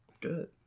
Good